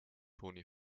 toni